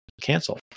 cancel